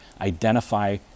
identify